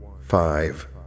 five